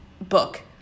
book